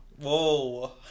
whoa